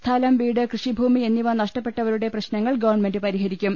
സ്ഥലം വീട് കൃഷിഭൂമി എന്നിവ നഷ്ടപ്പെട്ടവരുടെ പ്രശ്ന ങ്ങൾ ഗവൺമെന്റ് പരിഹരിക്കും